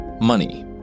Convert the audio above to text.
Money